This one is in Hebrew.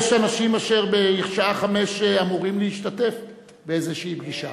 יש אנשים אשר בשעה 17:00 אמורים להשתתף באיזושהי פגישה.